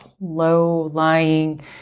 low-lying